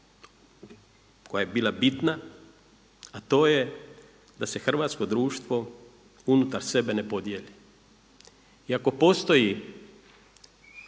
koja je bila bitna a to je da se hrvatsko društvo unutar sebe ne podijeli. I ako postoji